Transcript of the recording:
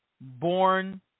born